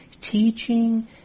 teaching